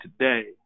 today